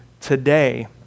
today